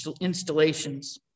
installations